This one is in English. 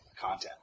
content